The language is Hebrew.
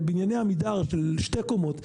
בבנייני עמידר של שתי קומות,